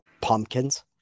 pumpkins